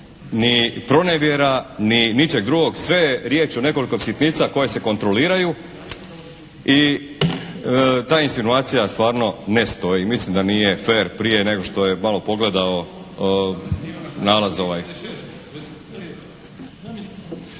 ni pronevjera ni ničeg drugog, sve je riječ o nekoliko sitnica koje se kontroliraju i ta insinuacija stvarno ne stoji. Mislim da nije fer prije nego što je malo pogledao nalaz ovaj.